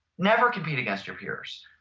never compete against your peers.